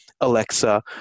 alexa